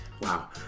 Wow